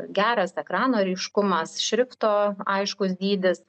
geras ekrano ryškumas šrifto aiškus dydis